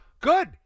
Good